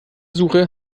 suche